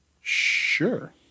sure